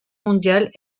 mondiale